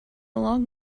long